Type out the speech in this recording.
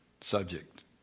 subject